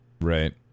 Right